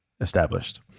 established